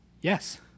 Yes